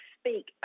speak